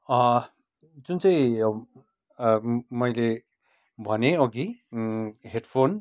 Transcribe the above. जुन चाहिँ मैले भनेँ अघि हेडफोन